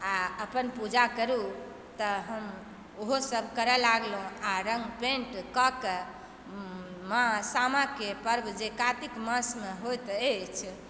आ अपन पूजा करु तऽ हम ओहोसभ करय लागलहुँ आ रङ्ग पेण्ट कएकऽ सामाके पर्व जे कार्तिक मासमे होयत अछि